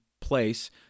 place